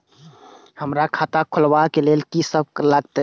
हमरा खाता खुलाबक लेल की सब लागतै?